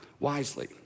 Wisely